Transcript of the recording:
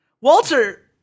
Walter